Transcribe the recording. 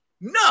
No